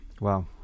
Wow